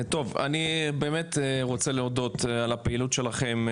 טוב, אני באמת רוצה להודות על הפעילות שלכם.